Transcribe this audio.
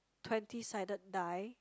twenty sided die